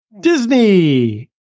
Disney